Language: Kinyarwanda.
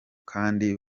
kandi